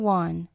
one